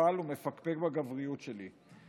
מושפל ומפקפק בגבריות שלי.